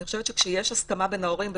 אני חושבת שכאשר יש הסכמה בין ההורים,